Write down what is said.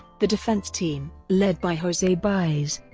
the defense team, led by jose baez,